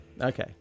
Okay